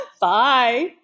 bye